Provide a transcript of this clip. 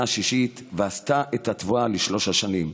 השִשית וְעָשָׂת את התבואה לשלֹש השנים".